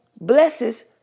blesses